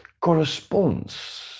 corresponds